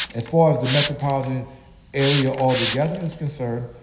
as far as the metropolitan area altogether is concerned,